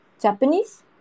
Japanese